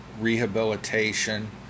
Rehabilitation